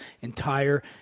Entire